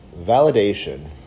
Validation